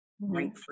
right